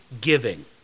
giving